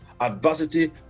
adversity